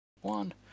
one